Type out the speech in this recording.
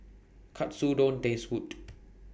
Katsudon Taste Good